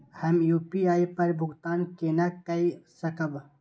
हम यू.पी.आई पर भुगतान केना कई सकब?